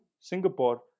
Singapore